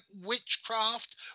witchcraft